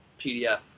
PDF